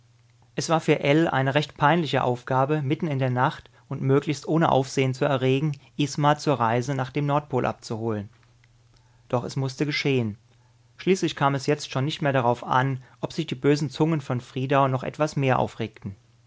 es war für ell eine recht peinliche aufgabe mitten in der nacht und möglichst ohne aufsehen zu erregen isma zur reise nach dem nordpol abzuholen doch es mußte geschehen schließlich kam es jetzt schon nicht mehr darauf an ob sich die bösen zungen von friedau noch etwas mehr aufregten